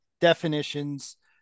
definitions